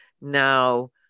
Now